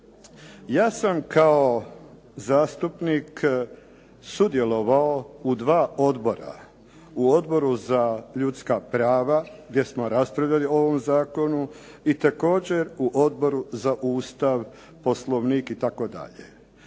Ja sam kao zastupnik sudjelovao u dva odbora, u Odboru za ljudska prava gdje smo raspravljali o ovom zakonu i također u Odboru za Ustav, Poslovnik itd.